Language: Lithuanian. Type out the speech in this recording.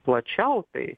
plačiau tai